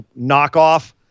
knockoff